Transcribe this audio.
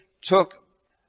took